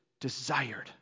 desired